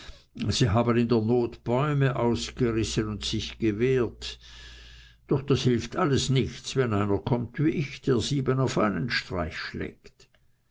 sie haben in der not bäume ausgerissen und sich gewehrt doch das hilft alles nichts wenn einer kommt wie ich der siebene auf einen streich schlägt